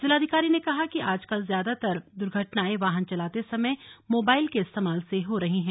जिलाधिकारी ने कहा कि आजकल ज्यादातर दुर्घटनाएं वाहन चलाते समय मोबाइल के इस्तेमाल से हो रही है